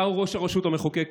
אתה ראש הרשות המחוקקת,